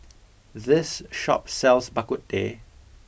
this shop sells bak kut teh